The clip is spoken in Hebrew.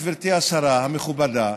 גברתי השרה המכובדה,